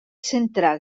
central